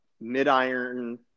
Mid-iron